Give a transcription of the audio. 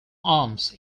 arms